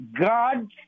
God